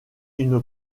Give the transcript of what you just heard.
une